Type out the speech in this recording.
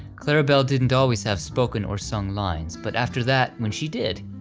clarabelle didn't always have spoken or sung lines, but after that, when she did,